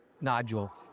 nodule